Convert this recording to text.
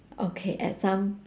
okay at some